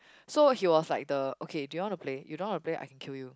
so he was like the okay do you want to play you don't want to play I can kill you